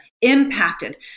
impacted